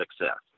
success